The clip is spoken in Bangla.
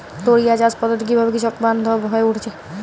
টোরিয়া চাষ পদ্ধতি কিভাবে কৃষকবান্ধব হয়ে উঠেছে?